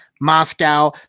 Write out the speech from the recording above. Moscow